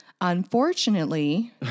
Unfortunately